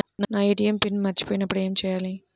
నా ATM PIN మర్చిపోయినప్పుడు ఏమి చేయాలి?